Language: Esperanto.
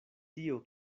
tio